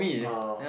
uh